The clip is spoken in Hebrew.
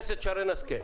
אם זה לא משתלם,